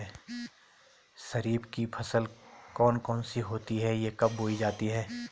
खरीफ की फसल कौन कौन सी होती हैं यह कब बोई जाती हैं?